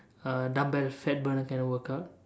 uh dumbbell fat burner kind of workout